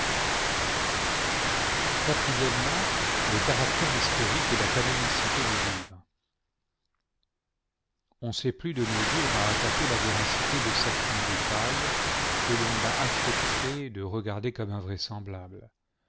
le caractère historique et la canonicité du livre on s'est plu de nos jours à attaquer la véracité de certain détails que l'on a affecté de regarder comme invraisemblables